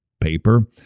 paper